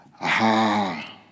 Aha